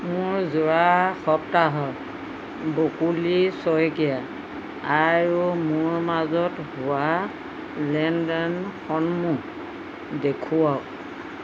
মোক যোৱা সপ্তাহৰ বকুলি শইকীয়া আৰু মোৰ মাজত হোৱা লেনদেনসমূহ দেখুৱাওক